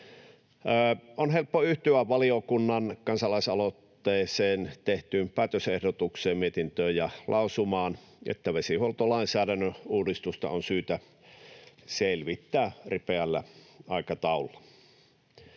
On helppo yhtyä kansalaisaloitteeseen tehtyyn valiokunnan päätösehdotukseen, mietintöön ja lausumaan, että vesihuoltolainsäädännön uudistusta on syytä selvittää ripeällä aikataululla.